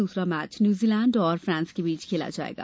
दूसरा match New Zealand और France के बीच खेला जाएगा